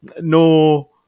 no